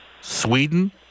Sweden